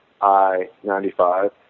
I-95